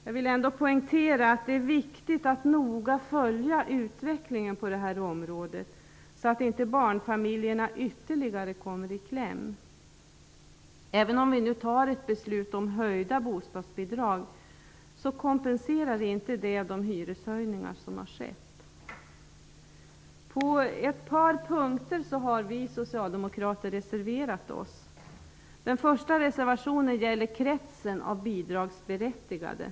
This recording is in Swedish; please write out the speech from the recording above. Jag vill dock poängtera att det är viktigt att noga följa utvecklingen på det här området, så att barnfamiljerna inte ytterligare kommer i kläm. Även om vi nu fattar beslut om höjda barnbidrag, kompenserar detta inte de hyreshöjningar som har skett. På ett par punkter har vi socialdemokrater reserverat oss. Den första reservationen gäller kretsen av bidragsberättigade.